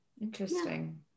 Interesting